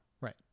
Right